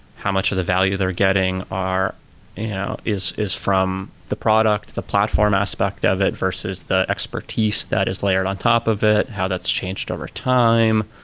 how much of the value they're getting yeah is is from the product, the platform aspect of it, versus the expertise that is layered on top of it, how that's changed over time.